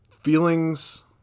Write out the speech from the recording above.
Feelings